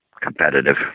competitive